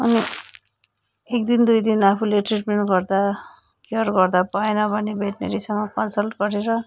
अनि एकदिन दुईदिन आफूले ट्रिटमेन्ट गर्दा केयर गर्दा भएन भने भेट्नेरीसँग कन्सल्ट गरेर